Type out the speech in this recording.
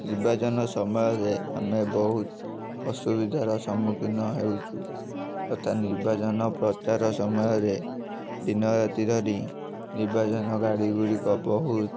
ନିର୍ବାଚନ ସମୟରେ ଆମେ ବହୁତ ଅସୁବିଧାର ସମ୍ମୁଖୀନ ହେଉଛୁ ତଥା ନିର୍ବାଚନ ପ୍ରଚାର ସମୟରେ ଦିନରାତି ଧରି ନିର୍ବାଚନ ଗାଡ଼ିଗୁଡ଼ିକ ବହୁତ